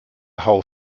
whole